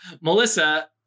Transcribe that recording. Melissa